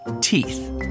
teeth